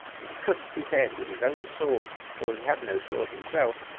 and cut off his head with his own sword for he had no sword himself.